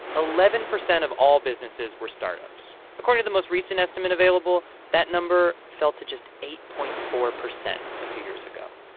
eleven percent of all businesses were startups. according to the most recent estimate available, that number fell to just eight point four zero percent a few years ago.